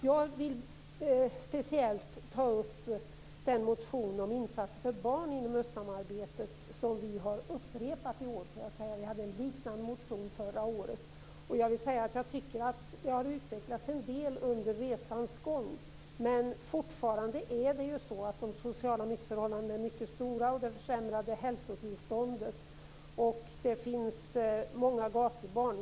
Jag vill speciellt ta upp den motion om insatser för barn inom östsamarbetet som vi har upprepat i år. Vi hade en liknande motion förra året. Jag tycker att det har utvecklats en del under resans gång, men fortfarande har vi mycket stora sociala missförhållanden och ett försämrat hälsotillstånd. Det finns många gatubarn.